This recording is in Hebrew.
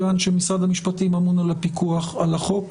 מכיוון שמשרד המשפטים אמון על הפיקוח על החוק,